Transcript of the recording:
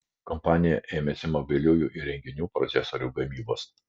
kompanija ėmėsi mobiliųjų įrenginių procesorių gamybos